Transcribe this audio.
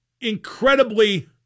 incredibly